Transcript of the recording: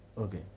Okay